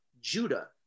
Judah